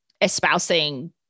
espousing